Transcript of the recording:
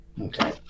Okay